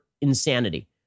insanity